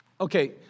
Okay